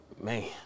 Man